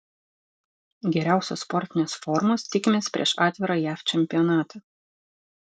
geriausios sportinės formos tikimės prieš atvirą jav čempionatą